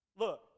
Look